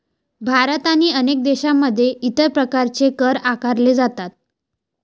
भारत आणि अनेक देशांमध्ये इतर प्रकारचे कर आकारले जातात